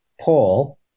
Paul